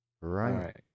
Right